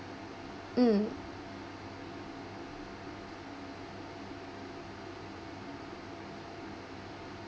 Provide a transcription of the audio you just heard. mm